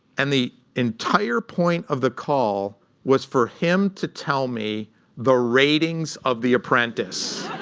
and the entire point of the call was for him to tell me the ratings of the apprentice.